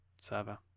server